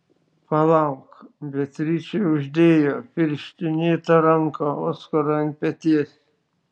palauk beatričė uždėjo pirštinėtą ranką oskarui ant peties